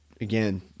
Again